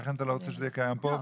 ולכן אתה לא רוצה שזה יהיה קיים פה.